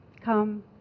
Come